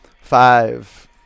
Five